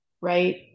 right